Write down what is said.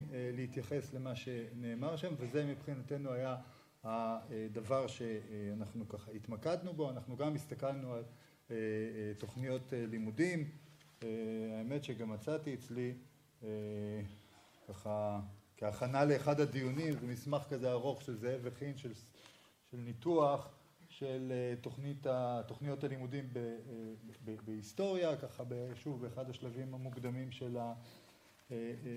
להתייחס למה שנאמר שם, וזה מבחינתנו היה הדבר שאנחנו ככה התמקדנו בו, אנחנו גם הסתכלנו על אה.. תוכניות לימודים. האמת שגם מצאתי אצלי ככה כהכנה לאחד הדיונים, זה מסמך כזה ארוך שזאב הכין, של ניתוח של תכני ה.. תוכניות הלימודים בהיסטוריה, ככה בשוב באחד השלבים המוקדמים של ה..